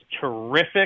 terrific